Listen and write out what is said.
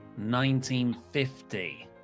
1950